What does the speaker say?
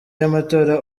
y’amatora